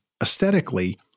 aesthetically